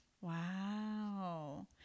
Wow